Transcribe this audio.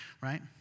right